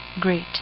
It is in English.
great